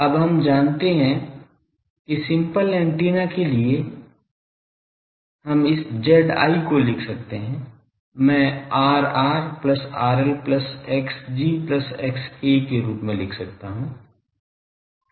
अब हम जानते हैं कि सिंपल एंटेना के लिए हम इस Zi को लिख सकते हैं मैं Rr plus RL plus Xg plus XA के रूप में लिख सकता हूं